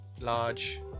large